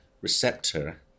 receptor